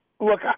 look